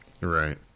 Right